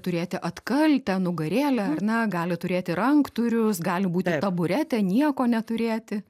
turėti atkaltę nugarėlę ar ne gali turėti ranktūrius gali būti taburete nieko neturėti